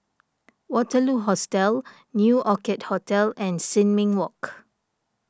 Waterloo Hostel New Orchid Hotel and Sin Ming Walk